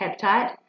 peptide